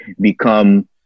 become